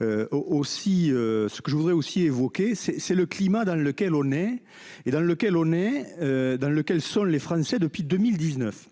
ce que je voudrais aussi évoquer c'est c'est le climat dans lequel on est et dans lequel on est. Dans lequel sont les Français depuis 2019.